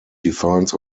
defines